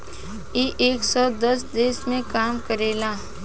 इ एक सौ दस देश मे काम करेला